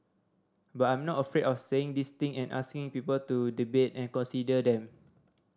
but I'm not afraid of saying these thing and asking people to debate and consider them